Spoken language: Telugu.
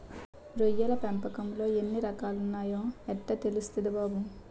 రొయ్యల పెంపకంలో ఎన్ని రకాలున్నాయో యెట్టా తెల్సుద్ది బాబూ?